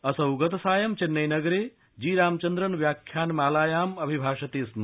असौ गतसायं चैन्नई नगरे जी रामचन्द्रन व्याख्यान मालायाम् अभिभाषते स्म